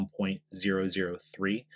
1.003